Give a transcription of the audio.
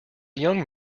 young